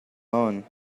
loan